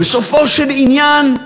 בסופו של עניין,